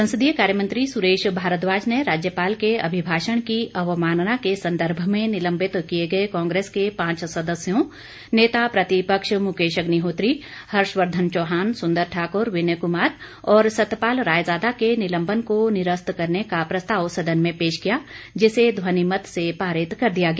संसदीय कार्य मंत्री सुरेश भारद्वाज ने राज्यपाल के अभिभाषण की अवमानना के संदर्भ में निलंबित किए गए कांग्रेस के पांच सदस्यों नेता प्रतिपक्ष मुकेश अग्निहोत्री हर्षवर्धन चौहान सुंदर ठाक्र विनय कुमार और सतपाल रायजादा के निलंबन को निरस्त करने का प्रस्ताव सदन में पेश किया जिसे ध्वनिमत से पारित कर दिया गया